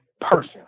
person